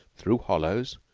through hollows,